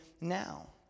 now